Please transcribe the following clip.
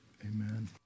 Amen